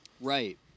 Right